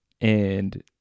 and-